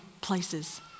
places